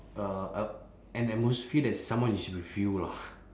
uh a an atmosphere that someone is with you lah